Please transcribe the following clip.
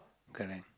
correct